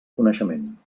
coneixement